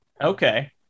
Okay